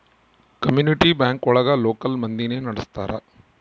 community bank ಒಳಗ local ಮಂದಿನೆ ನಡ್ಸ್ತರ